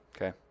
Okay